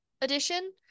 edition